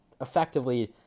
effectively